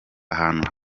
ahantu